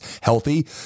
healthy